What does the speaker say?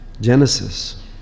Genesis